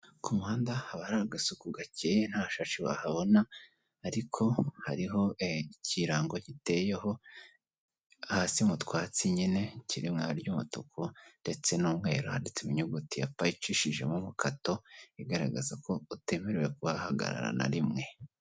Ku muhanda haba hari agasuku gakeye nta shashi wahabona ariko hariho ikirango giteyeho, hasi mu twatsi nyine kiri mu ibara ry'umutuku ndetse n'umwe handitse inyuguti ya pa icishijemo umukato, igaragaza ko utemerewe kuhahagarara na rimwe.